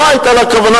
לא היתה לו כוונה,